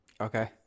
Okay